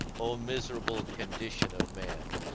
o miserable condition of man!